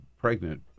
pregnant